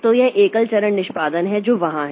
तो यह एकल चरण निष्पादन है जो वहां है